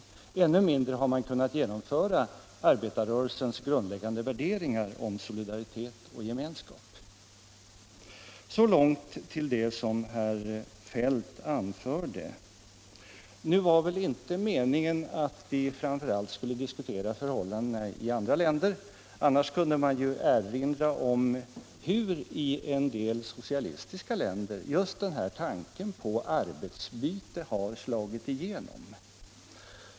Ännu mindre har man kunnat genomföra arbetarrörelsens grundläggande värderingar om solidaritet och gemenskap. Så långt om det som herr Feldt anförde. Nu var det väl inte meningen att vi framför allt skulle diskutera förhållandena i andra länder. Annars kunde man ju erinra om hur i en del socialistiska länder just den här tanken på arbetsbyte har slagit igenom.